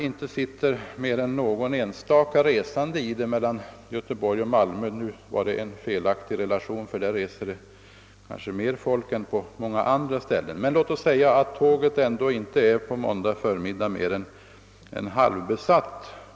Antingen man vill eller inte måste man låta tågen gå även på måndag förmiddag, herr Oskarson.